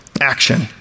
action